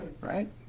right